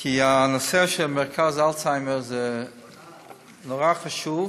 כי הנושא של מרכז האלצהיימר נורא חשוב